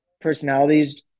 personalities